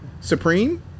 Supreme